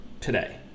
today